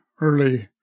early